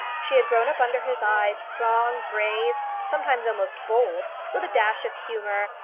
she had grown up under his eyes strong, brave, sometimes almost bold, with a dash of humour,